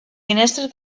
finestres